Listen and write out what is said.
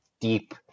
deep